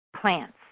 plants